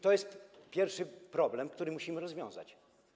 To jest pierwszy problem, który musimy rozwiązać.